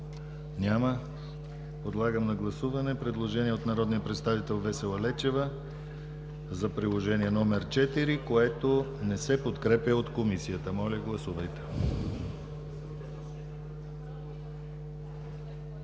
Няма. Подлагам на гласуване предложение от народния представител Весела Лечева за Приложение № 4, което не се подкрепя от Комисията. Гласували